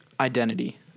identity